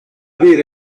vera